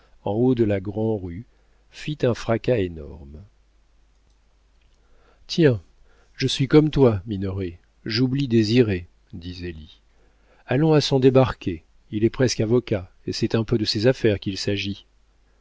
en haut de la grand'rue fit un fracas énorme tiens je suis comme toi minoret j'oublie désiré dit zélie allons à son débarquer il est presque avocat et c'est un peu de ses affaires qu'il s'agit